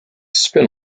spin